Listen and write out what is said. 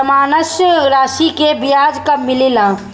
जमानद राशी के ब्याज कब मिले ला?